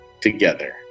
together